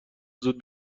زود